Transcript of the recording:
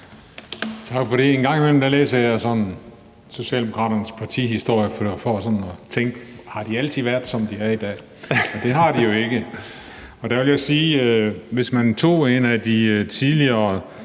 Tak for det. Engang imellem læser jeg Socialdemokraternes partihistorie for at se, om de altid har været, som de er i dag – og det har de jo ikke. Der vil jeg sige, at hvis man tog en af de tidligere